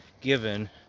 given